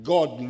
God